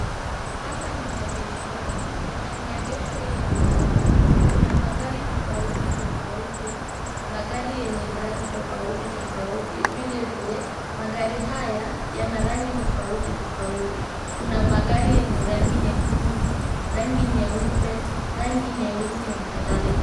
Hapa ni maegeshoni. Kwenye maegesho hii ya magari kuna magari tofauti tofauti, magari yenye brandi tofauti tofauti vilevile magari haya yana rangi tofauti tofauti. Kuna magari yenye rangi nyekundu, rangi nyeupe, rangi nyeusi na kadhalika.